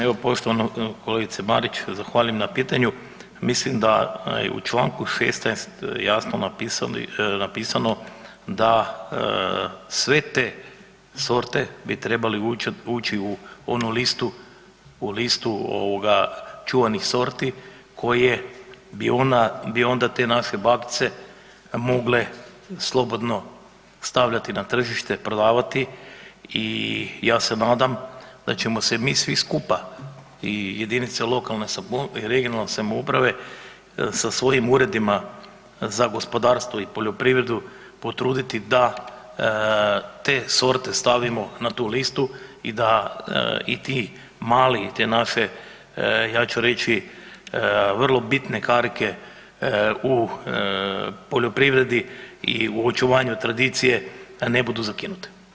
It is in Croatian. Evo poštovana kolegice Marić, zahvaljujem na pitanju, mislim da je u Članku 16. jasno napisano da sve te sorte bi trebale ući u onu listu, u listu ovoga čuvanih sorti koje bi ona, bi onda te naše bakice mogle slobodno stavljati na tržište, prodavati i ja se nadam da ćemo se mi svi skupa i jedinice lokalne i regionalne samouprave sa svojim uredima za gospodarstvo i poljoprivredu potruditi da te sorte stavimo na tu listu i da i ti mali i te naše ja ću reći vrlo bitne karike u poljoprivredi i u očuvanju tradicije da ne budu zakinute.